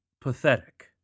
pathetic